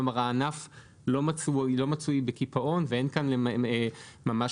כלומר הענף לא מצוי בקיפאון ואין כאן ממש